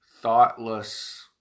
thoughtless